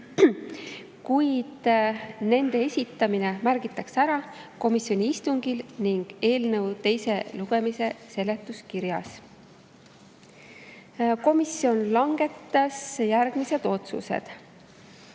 kuid nende esitamine märgitakse ära komisjoni istungil ning eelnõu teise lugemise seletuskirjas. Komisjon langetas järgmised otsused.